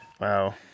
Wow